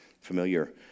familiar